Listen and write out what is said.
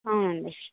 అవునండి